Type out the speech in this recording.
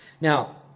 Now